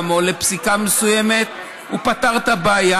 או לפסיקה מסוימת הוא פתר את הבעיה.